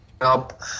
up